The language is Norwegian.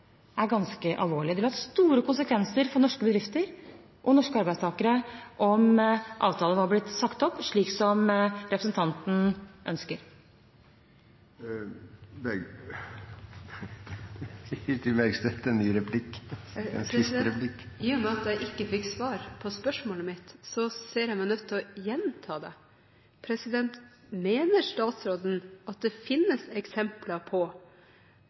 norske bedrifter og norske arbeidstakere om avtalen var blitt sagt opp, slik som representanten ønsker. I og med at jeg ikke fikk svar på spørsmålet mitt, ser jeg meg nødt til å gjenta det. Mener statsråden at det finnes eksempler på